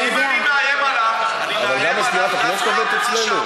אני מאיים עליו גם בגלל מה שאמרת.